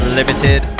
limited